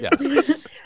yes